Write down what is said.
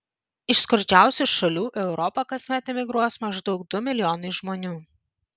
iš skurdžiausių šalių į europą kasmet emigruos maždaug du milijonai žmonių